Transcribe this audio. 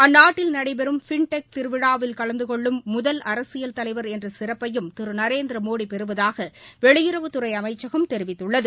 அந்நாட்டில் நடைபெறும் ஃபின்டெக் திருவிழாவில் கலந்து கொள்ளும் முதல் அரசியல் தலைவர் என்ற சிறப்பையும் திரு நரேந்திரமோடி பெறுவதாக வெளியுறவுத்துறை அமைச்சகம் தெரிவித்துள்ளது